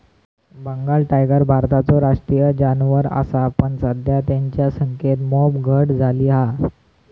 Bengal tiger भारताचो राष्ट्रीय जानवर असा पण सध्या तेंच्या संख्येत मोप घट झाली हा